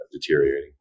deteriorating